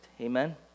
Amen